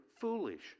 foolish